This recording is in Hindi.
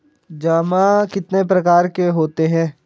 जमा कितने प्रकार के होते हैं?